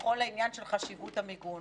לכל העניין של חשיבות המיגון.